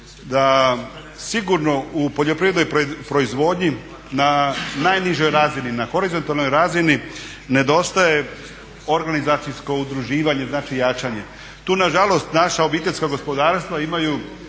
da sigurno u poljoprivrednoj proizvodnji na najnižoj razini, na horizontalnoj razini nedostaje organizacijsko udruživanje, znači jačanje. Tu na žalost naša obiteljska gospodarstva imaju